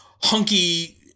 hunky